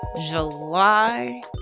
july